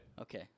Okay